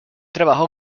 trabajó